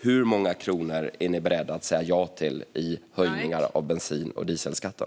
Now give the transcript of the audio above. Hur många kronor är ni beredda att säga ja till i höjningar av bensin och dieselskatten?